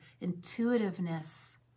intuitiveness